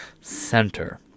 center